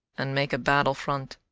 and make a battle front.